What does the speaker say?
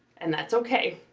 and that's okay.